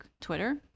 twitter